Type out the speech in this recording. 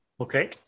Okay